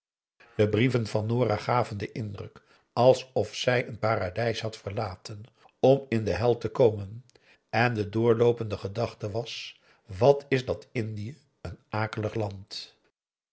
de brieven van nora gaven den indruk alsof zij een paradijs had verlaten om in de hel te komen en de doorloopende gedachte was wat is dat indië een akelig land